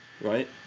right